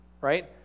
Right